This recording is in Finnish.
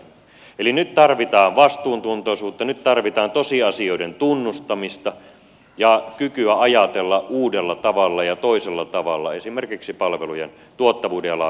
eli nyt tarvitaan vastuuntuntoisuutta nyt tarvitaan tosiasioiden tunnustamista ja kykyä ajatella uudella tavalla ja toisella tavalla esimerkiksi palvelujen tuottavuuden ja laadun parantamisessa